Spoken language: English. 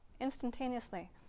instantaneously